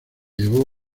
llevó